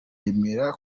remera